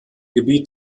gebiet